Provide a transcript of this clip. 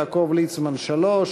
יעקב ליצמן עם שלוש,